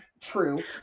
True